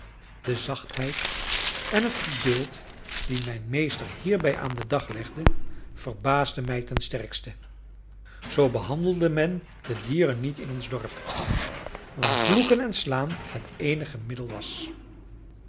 de zachtheid en het geduld die mijn meester hierbij aan den dag legde verbaasde mij ten sterkste zoo behandelde men de dieren niet in ons dorp waar vloeken en slaan het eenige middel was